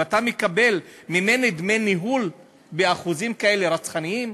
ואתה מקבל ממני דמי ניהול באחוזים כאלה רצחניים,